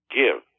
give